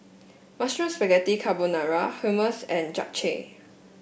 Mushroom Spaghetti Carbonara Hummus and Japchae